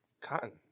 Cotton